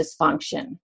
dysfunction